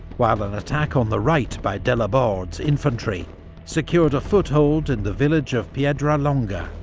while an attack on the right by delaborde's infantry secured a foothold in the village of piedralonga,